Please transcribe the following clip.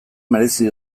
merezi